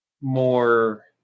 more